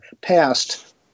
passed